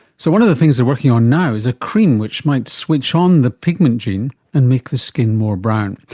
so one of the things they're working on now is a cream which might switch on the pigment gene and make the skin more brown.